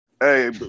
Hey